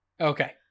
Okay